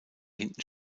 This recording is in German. hinten